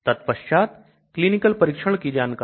तत्पश्चात क्लीनिकल परीक्षण की जानकारी